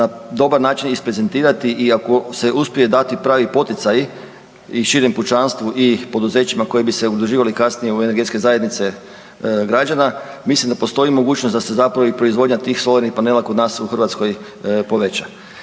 na dobar način isprezentirati i ako se uspiju dati pravi poticaji i širem pučanstvu i poduzećima koji bi se udruživali kasnije u energetske zajednice građana, mislim da postoji mogućnost da se zapravo i proizvodnja tih solarnih panela kod nas u Hrvatskoj poveća.